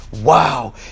Wow